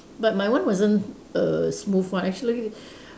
but my one wasn't err smooth one actually